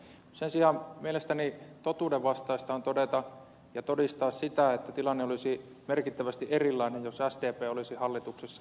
sen sijaan mielestäni totuuden vastaista on todeta ja todistaa sitä että tilanne olisi merkittävästi erilainen jos sdp olisi hallituksessa